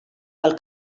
pel